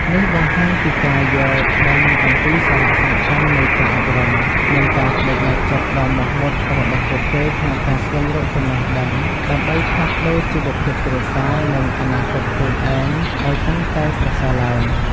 នេះបង្ហាញពីការយល់ដឹងអំពីសារៈសំខាន់នៃការអប់រំ និង ការប្តេជ្ញាចិត្តដ៏មោះមុត របស់ពួកគេក្នុងការស្វែងរកចំណេះដឹង ដើម្បីផ្លាស់ប្តូរជីវភាពគ្រួសារ និងអនាគតខ្លួនឯងឲ្យកាន់តែប្រសើរឡើង។